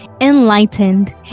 enlightened